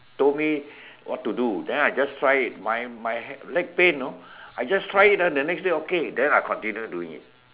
told me what to do then I just try it my my leg pain you know I just try it ah the next dau okay then I continue doing it